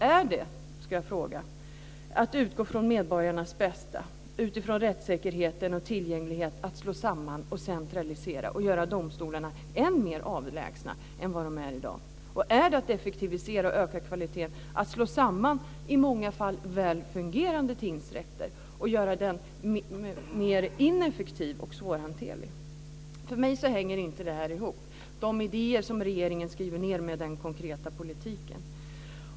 Är det att utgå från medborgarnas bästa, utifrån rättssäkerheten och tillgängligheten, att slå samman, centralisera och göra domstolarna än mer avlägsna än vad de är i dag? Är det att effektivisera och öka kvaliteten att slå samman, i många fall väl fungerande, tingsrätter och göra dem mer ineffektiva och svårhanterliga? För mig hänger inte de idéer som regeringen skriver ned ihop med den konkreta politiken.